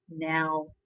now